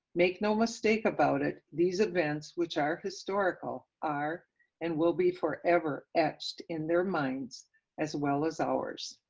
make no mistake about it, these events which are historical are and will be forever etched in their minds as well as ours.